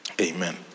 Amen